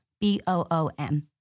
B-O-O-M